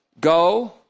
Go